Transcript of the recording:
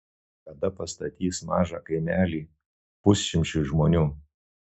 kada pastatys mažą kaimelį pusšimčiui žmonių